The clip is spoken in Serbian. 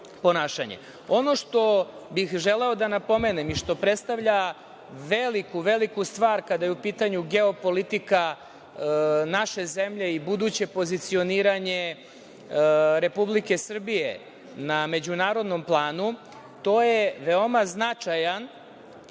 ponašanje. Ono što bih želeo da napomenem i što prestavlja veliku, veliku stvar, kada je u pitanju geopolitika naše zemlje i buduće pozicioniranje Republike Srbije na međunarodnom planu, to je veoma značajno